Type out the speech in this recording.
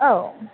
औ